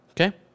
Okay